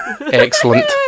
excellent